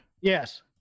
Yes